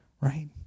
right